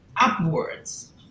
upwards